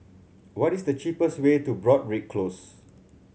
what is the cheapest way to Broadrick Close